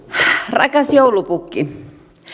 rakas joulupukki